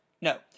no